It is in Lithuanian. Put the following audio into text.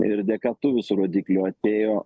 ir dėka tų visų rodiklių atėjo